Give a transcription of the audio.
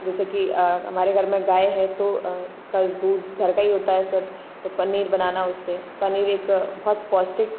जैसे कि हमारे घर में गाय है तो उसका दूध घर का ही होता है सब तो पनीर बनाना उससे पनीर एक बहुत पौष्टिक